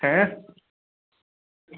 ऐं